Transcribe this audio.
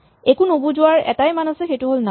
একো নুবুজোৱাৰ এটাই মান আছে সেইটো হ'ল নন